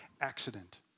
accident